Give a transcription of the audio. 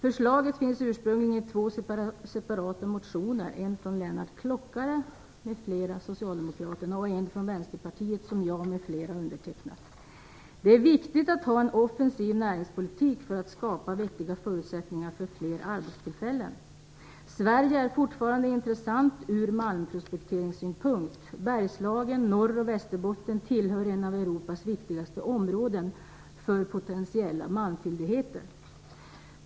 Förslaget finns ursprungligen i två separata motioner, en av Det är viktigt att ha en offensiv näringspolitik för att skapa vettiga förutsättningar för fler arbetstillfällen. Sverige är fortfarande intressant ur malmprospekteringssynpunkt. Bergslagen, Norr och Västerbotten tillhör Europas viktigaste områden för potentiella malmfyndigheter.